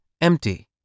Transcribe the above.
empty